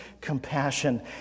compassion